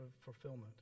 fulfillment